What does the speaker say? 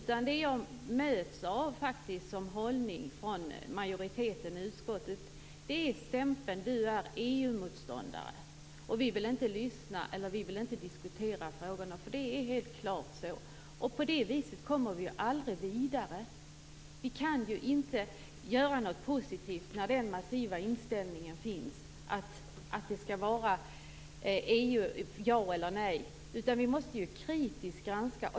Den hållning som jag faktiskt möts av från utskottsmajoritetens sida är stämpeln: Du är EU-motståndare. Vi vill inte lyssna. Vi vill inte diskutera frågorna. Det är helt klart så. På det sättet kommer vi aldrig vidare. Vi kan ju inte göra något positivt när det finns den här massiva inställningen att det skall vara ja eller nej. Vi måste ju kritiskt granska.